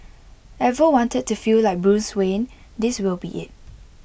ever wanted to feel like Bruce Wayne this will be IT